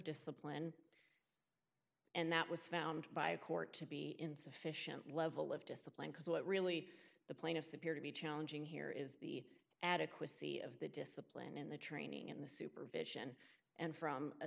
discipline and that was found by a court to be insufficient level of discipline because what really the plaintiffs appear to be challenging here is the adequacy of the discipline in the training in the supervision and from a